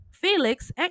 Felix